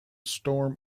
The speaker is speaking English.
storm